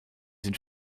sind